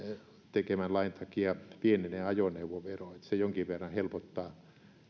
tekemän lain takia pienenee ajoneuvovero se jonkin verran helpottaa